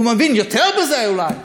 הוא מבין בזה אולי יותר.